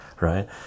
right